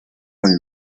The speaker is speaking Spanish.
con